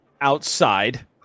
outside